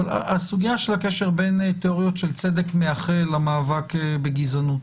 שהסוגיה של הקשר בין תיאוריות של צדק מאחה למאבק בגזענות.